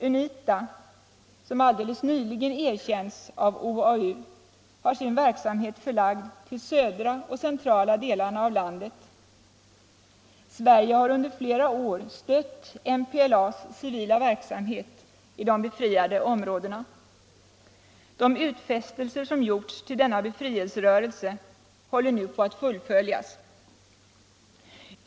Unita, som alldeles nyligen erkänts av OAU, har sin verksamhet förlagd till södra och centrala delarna av landet. Sverige har under flera år stött MPLA:s civila verksamhet i de befriade områdena. De utfästelser som gjorts till denna befrielserörelse håller nu på att fullföljas.